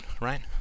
right